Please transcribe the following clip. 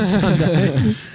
Sunday